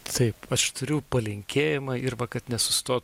taip aš turiu palinkėjimą ir vat kad nesustotų